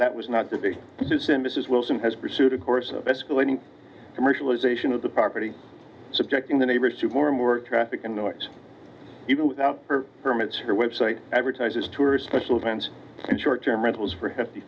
that was not the big sis in mrs wilson has pursued a course of escalating commercialization of the property subjecting the neighbors to more and more traffic and even without permits her web site advertises tourist special events and short term rentals for hefty